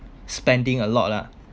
spending a lot lah